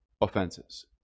offenses